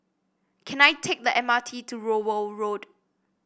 can I take the M R T to Rowell Road